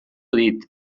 dit